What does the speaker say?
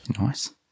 Nice